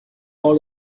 all